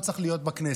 לא צריך להיות בכנסת.